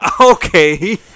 Okay